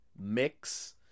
mix